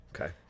Okay